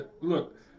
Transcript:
Look